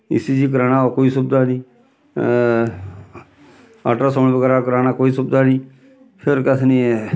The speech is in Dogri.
इ सी जी कराना हो कोई सुविधा निं अल्ट्रासाउंड बगैरा कराना कोई सुविधा निं फिर कथनी